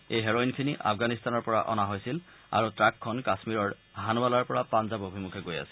এই হেৰইনখিনি আফগানিস্তানৰ পৰা অনা হৈছিল আৰু এই ট্ৰাকখন কাশ্মীৰৰ হানৱালাৰ পৰা পাঞ্জাব অভিমুখী গৈ আছিল